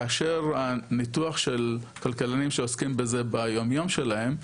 כאשר הניתוח של כלכלנים שעוסקים בזה ביום יום שלהם,